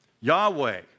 Yahweh